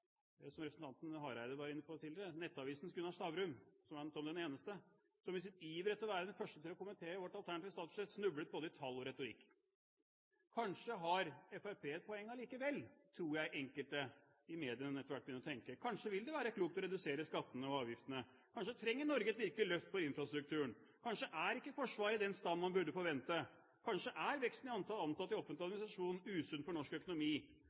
som representanten Hareide var inne på tidligere, Nettavisens Gunnar Stavrum, som den eneste, som i sin iver etter å være den første til å kommentere vårt alternative statsbudsjett snublet både i tall og retorikk. Kanskje har Fremskrittspartiet et poeng allikevel, tror jeg enkelte i mediene etter hvert begynner å tenke. Kanskje vil det være klokt å redusere skattene og avgiftene? Kanskje trenger Norge et virkelig løft for infrastrukturen? Kanskje er ikke Forsvaret i den stand man burde forvente? Kanskje er veksten i antallet ansatte i offentlig administrasjon usunn for norsk økonomi?